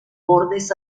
bordes